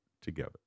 together